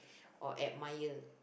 or admired